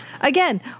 Again